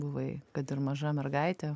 buvai kad ir maža mergaitė